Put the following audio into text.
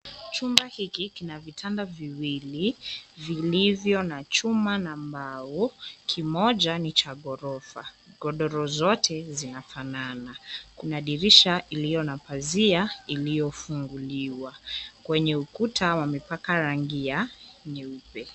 Chumba hiki kina vitanda viwili vilivyo na chuma na mbao. Kimoja ni cha ghorofa. Godoro zote zinafanana. Kuna dirisha iliyo na pazia iliyofunguliwa. Kwenye ukuta wamepaka rangi ya nyeupe.